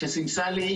סימסה לי,